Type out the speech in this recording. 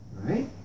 right